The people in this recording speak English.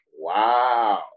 Wow